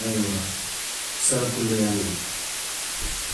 aywa saraxule yaa ngi fi.